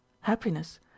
happiness